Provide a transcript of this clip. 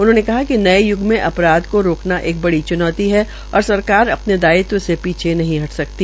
उन्होंने कहा कि नये य्ग में अपराध को रोकना एक बड़ी च्नौती है औश्र सरकार अपने दायित्व से पीछे नहीं हट सकती